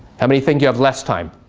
how many think you have less time?